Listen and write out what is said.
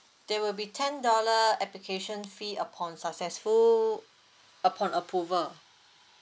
there will be ten dollar application fee upon successful upon approval